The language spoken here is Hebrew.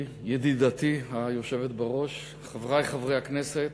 גברתי, ידידתי, היושבת בראש, חברי חברי הכנסת,